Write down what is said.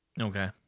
Okay